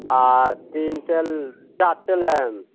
আর তিনটে চারটে লাইন